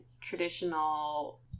traditional